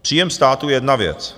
Příjem státu je jedna věc.